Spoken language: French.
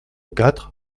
quatre